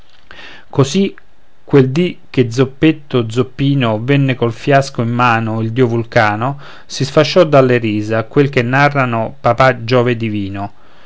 così quel dì che zoppetto zoppino venne col fiasco in mano il dio vulcano si sfasciò dalle risa a quel che narrano papà giove divino